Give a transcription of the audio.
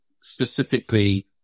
specifically